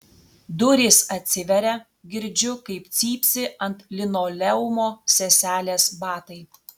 durys atsiveria girdžiu kaip cypsi ant linoleumo seselės batai